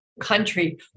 country